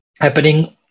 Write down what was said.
happening